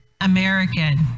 American